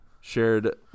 shared